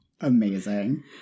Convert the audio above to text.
Amazing